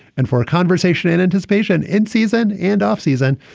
and for a conversation in anticipation in season and offseason.